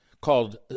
called